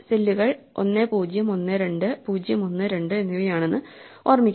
സെല്ലുകൾ 1 0 1 2 0 1 2 എന്നിവയാണെന്ന് ഓർമ്മിക്കുക